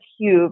cube